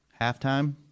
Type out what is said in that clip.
Halftime